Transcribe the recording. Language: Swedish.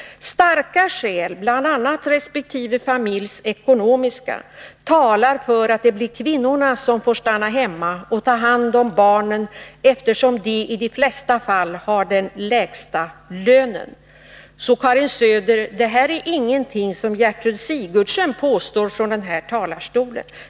Starka skäl — bl.a. respektive familjs ekonomiska — talar för att det blir kvinnorna som får stanna hemma och ta hand om barnen eftersom de i de flesta familjer har den lägsta lönen.” Så det här, Karin Söder, är ingenting som Gertrud Sigurdsen påstår från den här talarstolen.